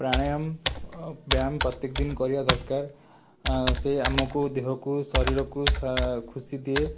ପ୍ରାଣାୟମ ବ୍ୟାୟାମ ପ୍ରତ୍ୟେକ ଦିନ କରିବା ଦରକାର ସେ ଆମକୁ ଦେହକୁ ଶରୀରକୁ ଖୁସି ଦିଏ